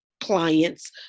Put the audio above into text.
clients